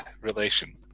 relation